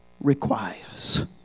requires